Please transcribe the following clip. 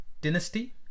dynasty